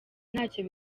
ntacyo